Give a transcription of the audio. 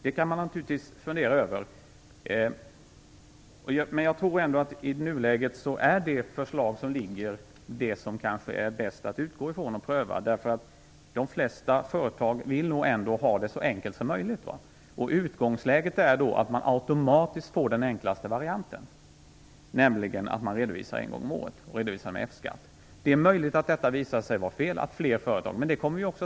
Det kan man naturligtvis fundera över. Jag tror ändå att det förslag som ligger i nuläget är det som det kanske är bäst att utgå ifrån och pröva. De flesta företag vill nog ändå ha det så enkelt som möjligt. Utgångsläget är att man automatiskt får den enklaste varianten, nämligen att man redovisar F skatt en gång om året. Det är möjligt att detta visar sig vara fel och att fler företag vill redovisa varje månad.